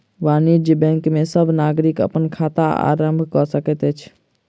वाणिज्य बैंक में सब नागरिक अपन खाता आरम्भ कय सकैत अछि